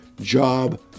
job